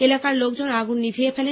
এলাকার লোকজন আগুন নিভিয়ে ফেলে